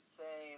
say